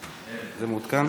בכבוד,